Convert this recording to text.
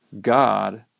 God